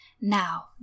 Now